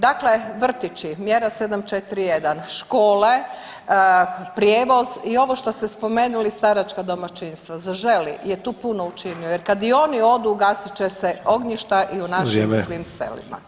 Dakle, vrtići mjera 741., škole, prijevoz i ovo što ste spomenuli staračka domaćinstva, „Zaželi“ je tu puno učinio jer kad i oni odu ugasit će se ognjišta i u našim svim selima.